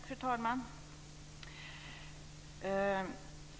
Fru talman!